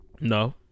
No